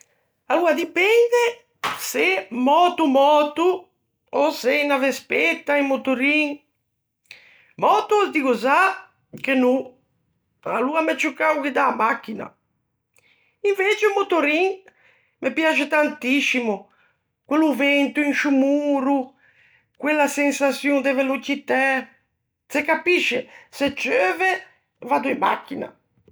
Aloa dipende se möto möto, ò se unna vespetta, un motorin. Möto, ô diggo za, che no, aloa m'é ciù cao guiddâ a machina. Invece o motorin me piaxe tantiscimo, quello vento in sciô moro, quella sensaçion de velocitæ. Se capisce, se ceuve vaddo in machina.